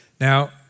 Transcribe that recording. Now